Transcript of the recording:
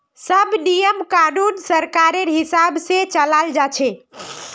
सब नियम कानून सरकारेर हिसाब से चलाल जा छे